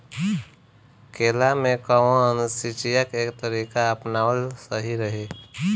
केला में कवन सिचीया के तरिका अपनावल सही रही?